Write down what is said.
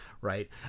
right